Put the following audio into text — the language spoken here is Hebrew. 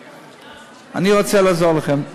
אני רוצה לעזור לכם.